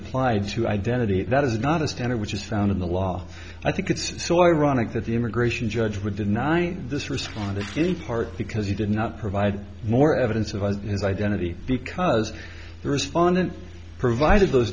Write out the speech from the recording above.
applied to identity that is not a standard which is found in the law i think it's so ironic that the immigration judge would deny this response in part because he did not provide more evidence of as his identity because the respondent provided those